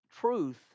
truth